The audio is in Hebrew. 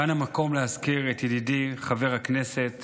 כאן המקום להזכיר את ידידי חבר הכנסת